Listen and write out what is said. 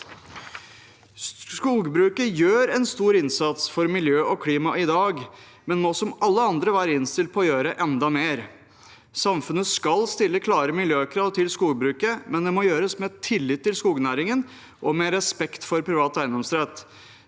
Skogbruket gjør en stor innsats for miljø og klima i dag, men må, som alle andre, være innstilt på å gjøre enda mer. Samfunnet skal stille klare miljøkrav til skogbruket, men det må gjøres med tillit til skognæringen og med respekt for privat eiendomsrett.